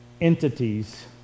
entities